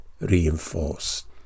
reinforced